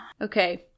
Okay